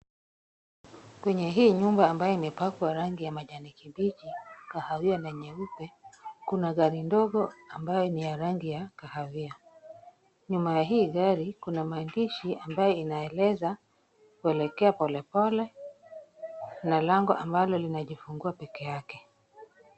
Kwenye hii nyumba ambayo imepakwa rangi ya majani kibichi, kahawia na nyeupe kuna gari ndogo ambayo ni ya rangi ya kahawia. Nyuma ya hii gari kuna maandishi ambayo inaeleza kuelekea pole pole na lango ambalo linajifungua pekee yake